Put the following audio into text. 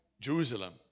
Jerusalem